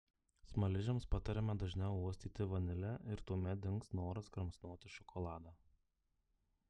smaližiams patariama dažniau uostyti vanilę ir tuomet dings noras kramsnoti šokoladą